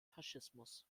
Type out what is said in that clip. faschismus